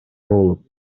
болуп